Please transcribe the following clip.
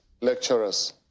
lecturers